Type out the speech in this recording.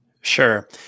Sure